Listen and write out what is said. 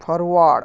forward